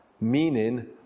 meaning